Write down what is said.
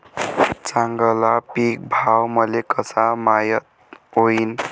चांगला पीक भाव मले कसा माइत होईन?